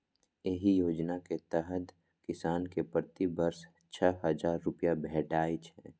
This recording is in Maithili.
एहि योजना के तहत किसान कें प्रति वर्ष छह हजार रुपैया भेटै छै